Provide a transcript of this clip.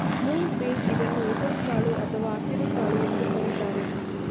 moong bean ಇದನ್ನು ಹೆಸರು ಕಾಳು ಅಥವಾ ಹಸಿರುಕಾಳು ಎಂದು ಕರಿತಾರೆ